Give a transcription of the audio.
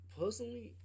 personally